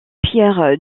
pierre